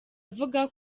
avuga